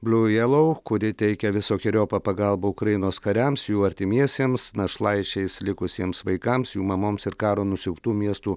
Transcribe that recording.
bliu jelau kuri teikia visokeriopą pagalbą ukrainos kariams jų artimiesiems našlaičiais likusiems vaikams jų mamoms ir karo nusiaubtų miestų